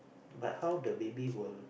but how the baby will